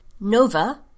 Nova